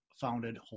founded